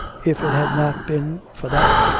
if it had not been for that,